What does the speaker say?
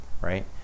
right